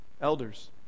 elders